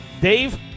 Dave